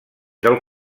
del